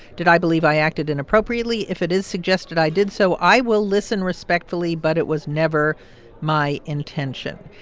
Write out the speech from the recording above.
did i believe i acted inappropriately. if it is suggested i did so i will listen respectfully, but it was never my intention.